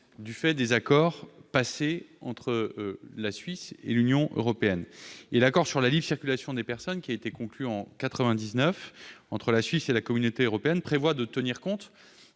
du fait des accords passés entre ce pays et l'Union européenne. L'accord sur la libre circulation des personnes, conclu en 1999 entre la Suisse et l'Union européenne, prévoit de tenir compte